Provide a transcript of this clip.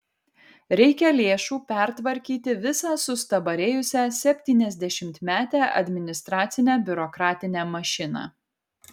reikia lėšų pertvarkyti visą sustabarėjusią septyniasdešimtmetę administracinę biurokratinę mašiną